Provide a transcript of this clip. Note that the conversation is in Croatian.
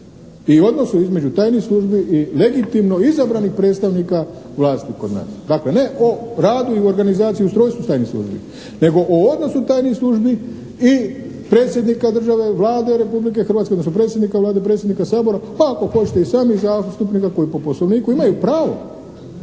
u odnosu između tajnih službi i legitimno izabranih predstavnika vlasti kod nas. Dakle ne o radu i u organizaciji i ustrojstvu tajnih službi nego o odnosu tajnih službi i predsjednika države, Vlade Republike Hrvatske, odnosno predsjednika Vlade, predsjednika Sabora, pa ako hoćete i samih zastupnika koji po Poslovniku imaju pravo